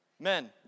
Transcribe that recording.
Men